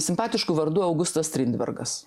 simpatišku vardu augustas strindbergas